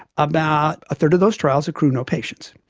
about a third of those trials accrue no patients.